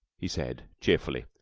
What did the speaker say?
he said, cheerfully.